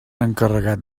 encarregat